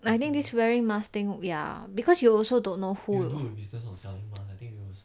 I think this wearing mask thing ya because you also don't know who will